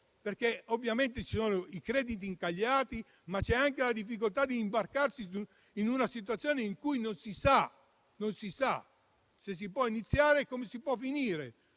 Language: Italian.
non si lavora e ci sono crediti incagliati, ma anche la difficoltà di imbarcarsi in una situazione in cui non si sa se si può iniziare e come si può finire,